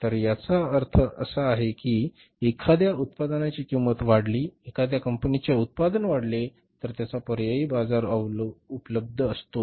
तर याचा अर्थ असा की एखाद्या उत्पादनाची किंमत वाढली एखाद्या कंपनीच्या उत्पादन वाढले तर त्याचा पर्याय बाजारात उपलब्ध असतो